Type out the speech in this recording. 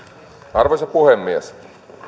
arvoisa puhemies